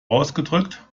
ausgedrückt